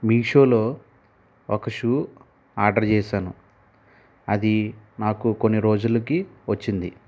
మీషోలో ఒక shoe order చేశాను అది నాకు కొన్ని రోజులకి వచ్చింది